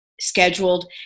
scheduled